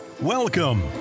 welcome